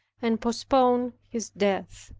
and postpone his death.